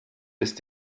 ist